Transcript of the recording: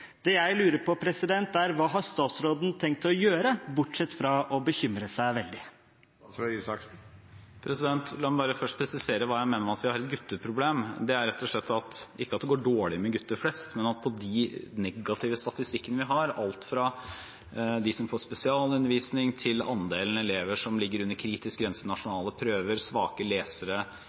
Det jeg lurer på, er: Hva har statsråden tenkt å gjøre – bortsett fra å bekymre seg veldig? La meg bare først presisere hva jeg mener med at vi har et gutteproblem. Det er rett og slett ikke at det går dårlig med gutter flest, men på de negative statistikkene vi har, alt fra andelen som får spesialundervisning, til andelen elever som ligger under kritisk grense på nasjonale prøver, andelen svake lesere